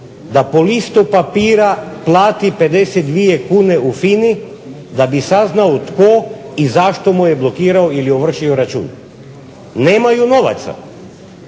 da po listu papira plati 52 kune u FINA-i da bi saznao tko i zašto mu je blokirao ili ovršio račun. Nemaju novaca!